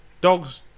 Dogs